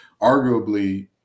arguably